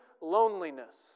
loneliness